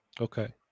Okay